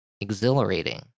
exhilarating